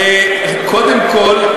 וקודם כול,